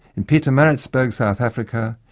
and pietermaritzburg, south africa,